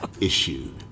issue